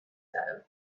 ago